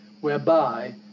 whereby